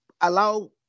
allow